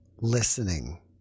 listening